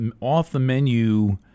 off-the-menu